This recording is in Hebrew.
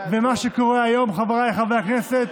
מה שקורה היום, חבריי חברי הכנסת,